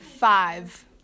Five